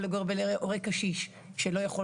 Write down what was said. מה לגבי הורה קשיש שלא יכול